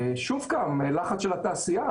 שוב קם לחץ של התעשייה,